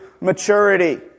maturity